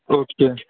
okay